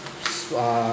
s~ ah